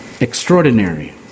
extraordinary